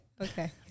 okay